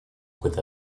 with